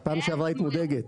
בפעם שעברה היית מודאגת.